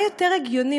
מה יותר הגיוני?